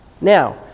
Now